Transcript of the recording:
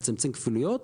לצמצמם כפילויות.